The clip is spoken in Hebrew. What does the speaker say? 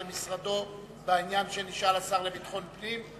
למשרדו בעניין שנשאל עליו השר לביטחון פנים.